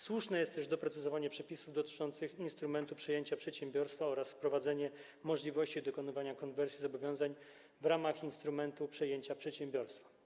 Słuszne jest też doprecyzowanie przepisów dotyczących instrumentu przejęcia przedsiębiorstwa oraz wprowadzenie możliwości dokonywania konwersji zobowiązań w ramach instrumentu przejęcia przedsiębiorstw.